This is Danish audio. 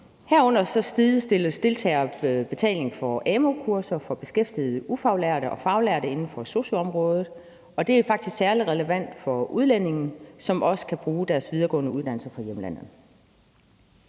Herudover sidestilles deltagerbetaling på amu-kurser for beskæftigede ufaglærte og faglærte inden for sosu-området, og det er faktisk særlig relevant for udlændinge, som også kan bruge deres videregående uddannelse fra hjemlandet.